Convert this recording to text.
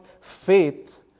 faith